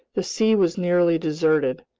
the sea was nearly deserted.